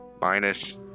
Minus